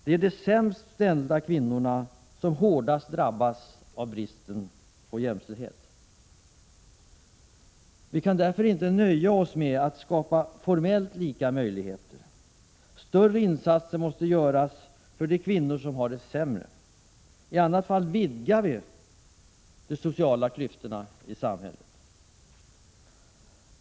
Det är de sämst ställda kvinnorna som hårdast drabbas av bristen på jämställdhet. Vi kan därför inte nöja oss med att skapa formellt lika möjligheter. Större insatser måste göras för de kvinnor som har det sämre. I annat fall vidgar vi de sociala klyftorna i samhället.